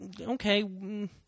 Okay